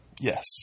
Yes